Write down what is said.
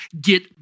get